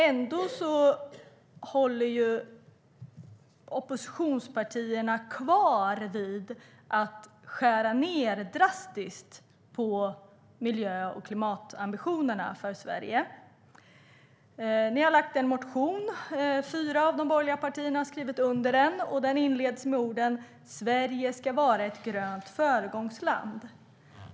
Ändå håller oppositionspartierna fast vid att skära ned drastiskt på miljö och klimatambitionerna för Sverige. De fyra borgerliga partierna har skrivit under en motion där det står att "Sverige är och ska vara ett grönt föregångsland".